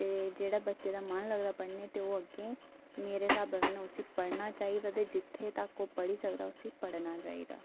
ते जेह्ड़े बच्चे दा मन लगदा पढ़ने गी ते ओह् अग्गें मेरे स्हाबै कन्नै उसी पढ़ना चाहिदा ते जित्थै तक्कर ओह् पढ़ी सकदा उसी पढ़ना चाहिदा